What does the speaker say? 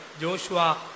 Joshua